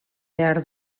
behar